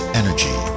energy